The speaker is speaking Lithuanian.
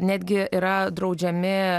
netgi yra draudžiami